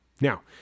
Now